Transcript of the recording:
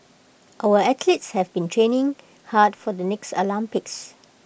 our athletes have been training hard for the next Olympics